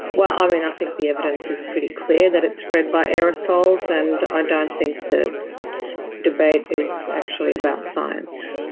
well, um and i think the evidence is pretty clear that it's spread by aerosols, and i don't think that debate is actually about science.